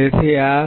તેથી આ